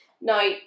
now